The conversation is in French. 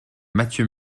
mathieu